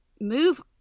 move